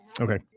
Okay